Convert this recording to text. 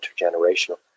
intergenerational